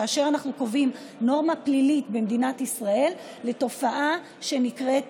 כאשר אנחנו קובעים נורמה פלילית במדינת ישראל לתופעה שנקראת